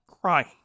crying